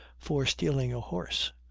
for stealing a horse,